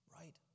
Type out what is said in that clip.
right